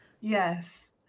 Yes